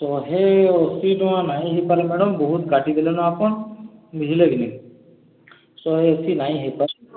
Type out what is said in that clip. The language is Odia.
ଶହେ ଅଶୀ ଟଙ୍କା ନାଇଁ ହେଇପାରେ ମ୍ୟାଡ଼ାମ୍ ବହୁତ୍ କାଟି ଦେଲନ୍ ଆପଣ୍ ବୁଝିଲେ କି ନାଇଁ ଶହେ ଅଶୀ ନାଇଁ ହୋଇପାରେ